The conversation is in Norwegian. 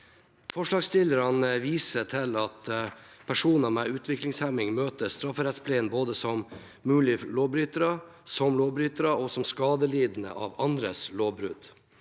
Forslagsstillerne viser til at personer med utviklingshemming møter strafferettspleien både som mulige lovbrytere, som lovbrytere og som skadelidende av andres lovbrudd,